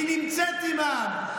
היא נמצאת עם העם.